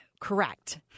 Correct